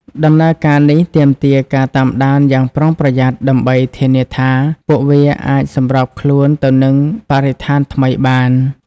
ដំណើរការនេះទាមទារការតាមដានយ៉ាងប្រុងប្រយ័ត្ន ដើម្បីធានាថាពួកវាអាចសម្របខ្លួនទៅនឹងបរិស្ថានថ្មីបាន។